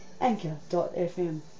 Anchor.fm